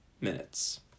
minutes